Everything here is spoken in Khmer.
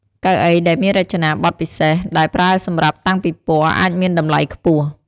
កៅអីដែលមានរចនាបថពិសេស ដែលប្រើសម្រាប់តាំងពិព័រណ៍អាចមានតម្លៃខ្ពស់។